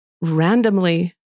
randomly